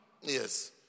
Yes